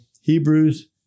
Hebrews